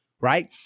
Right